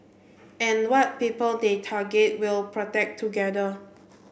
and what people they target we'll protect together